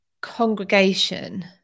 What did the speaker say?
congregation